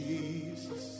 Jesus